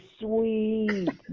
sweet